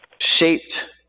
shaped